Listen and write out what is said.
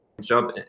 job